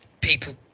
people